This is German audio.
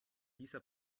dieser